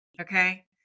Okay